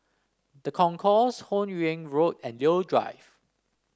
The Concourse Hun Yeang Road and Leo Drive